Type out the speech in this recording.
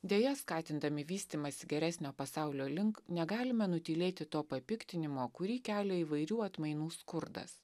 deja skatindami vystymąsi geresnio pasaulio link negalime nutylėti to papiktinimo kurį kelia įvairių atmainų skurdas